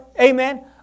Amen